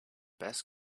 best